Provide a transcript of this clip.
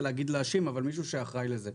להגיד להאשים אבל מישהו שאחראי לזה.